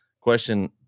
question